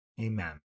amen